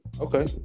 Okay